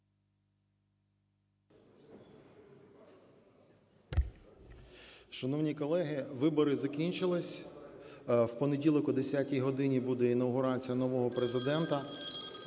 Шановні колеги, вибори закінчились, в понеділок о 10-й годині буде інавгурація нового Президента.